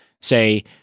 say